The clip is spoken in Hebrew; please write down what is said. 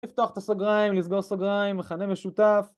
לפתוח את הסוגריים, לסגור סוגריים, מכנה משותף